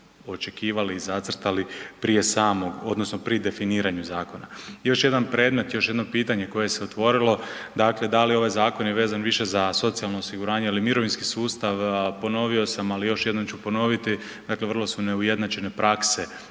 očekivali i zacrtali prije samog odnosno pri definiranju zakona. Još jedan predmet, još jedno pitanje koje se otvorilo, dakle da li ovaj zakon je vezan više za socijalno osiguranje ili mirovinski sustav? A ponovio sam, ali još jednom ću ponoviti, dakle vrlo su neujednačene prakse